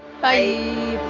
bye